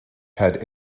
had